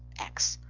x.